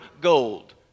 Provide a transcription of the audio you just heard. gold